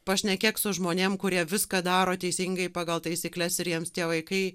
pašnekėk su žmonėm kurie viską daro teisingai pagal taisykles ir jiems tie vaikai